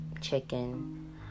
chicken